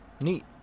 neat